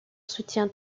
soutien